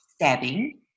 stabbing